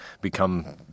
become